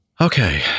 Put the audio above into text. Okay